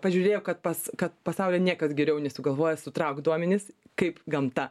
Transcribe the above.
pažiūrėjo kad pas kad pasauly niekas geriau nesugalvoja sutraukt duomenis kaip gamta